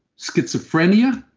schizophrenia.